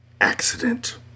Accident